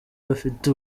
bafite